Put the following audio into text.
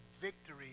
victory